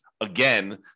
again